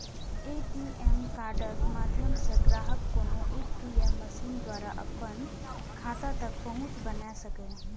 ATM कार्डक माध्यम सं ग्राहक कोनो ए.टी.एम मशीन द्वारा अपन खाता तक पहुंच बना सकैए